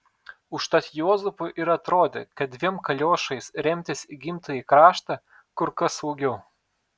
užtat juozapui ir atrodė kad dviem kaliošais remtis į gimtąjį kraštą kur kas saugiau